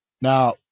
Now